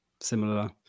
similar